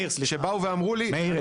שבאו ואמרו לי --- מאיר,